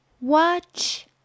Watch